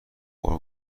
بار